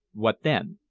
what then?